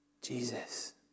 Jesus